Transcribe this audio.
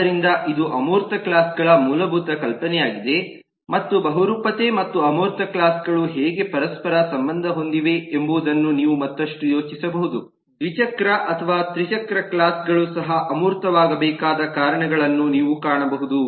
ಆದ್ದರಿಂದ ಇದು ಅಮೂರ್ತ ಕ್ಲಾಸ್ ಗಳ ಮೂಲಭೂತ ಕಲ್ಪನೆಯಾಗಿದೆ ಮತ್ತು ಬಹುರೂಪತೆ ಮತ್ತು ಅಮೂರ್ತ ಕ್ಲಾಸ್ ಗಳು ಹೇಗೆ ಪರಸ್ಪರ ಸಂಬಂಧ ಹೊಂದಿವೆ ಎಂಬುದನ್ನು ನೀವು ಮತ್ತಷ್ಟು ಯೋಚಿಸಬಹುದು ದ್ವಿಚಕ್ರ ಅಥವಾ ತ್ರಿಚಕ್ರ ಕ್ಲಾಸ್ ಗಳು ಸಹ ಅಮೂರ್ತವಾಗಬೇಕಾದ ಕಾರಣಗಳನ್ನು ನೀವು ಕಾಣಬಹುದು